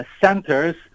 Centers